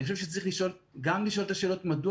אני חושב שצריך גם לשאול את השאלות: מדוע